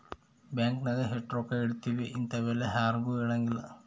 bank ನಾಗ ಎಷ್ಟ ರೊಕ್ಕ ಇಟ್ತೀವಿ ಇಂತವೆಲ್ಲ ಯಾರ್ಗು ಹೆಲಂಗಿಲ್ಲ